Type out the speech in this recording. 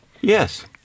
Yes